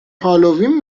هالوین